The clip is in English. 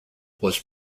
was